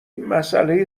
مسئله